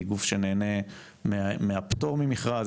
היא גוף שנהנה מהפטור ממכרז.